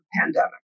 pandemic